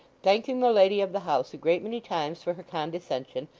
thanking the lady of the house a great many times for her condescension,